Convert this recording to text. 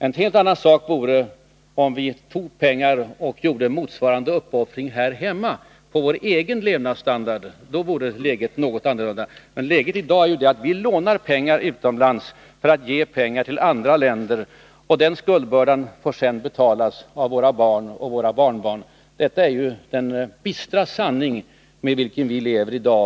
En helt annan sak vore om vi gjorde motsvarande uppoffringar här hemma, minskade på vår egen levnadsstandard. Nu är det utomlands lånade pengar som vi delar ut. Och skuldbördan får sedan betalas av våra barn och barnbarn. Det är den bistra sanning med vilken vi lever i dag.